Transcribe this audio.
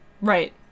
Right